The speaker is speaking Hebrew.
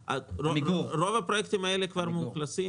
רוב הפרויקטים האלה כבר מאוכלסים,